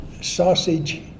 sausage